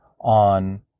on